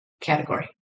category